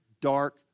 dark